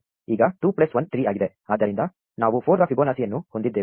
ಈಗ 2 ಪ್ಲಸ್ 1 3 ಆಗಿದೆ ಆದ್ದರಿಂದ ನಾವು 4 ರ ಫಿಬೊನಾಸಿಯನ್ನು ಹೊಂದಿದ್ದೇವೆ